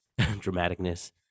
dramaticness